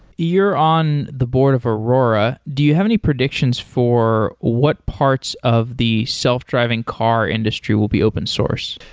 you're on the board of aurora. do you have any predictions for what parts of the self driving car industry will be open source?